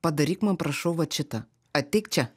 padaryk man prašau vat šitą ateik čia